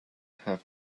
have